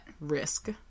risk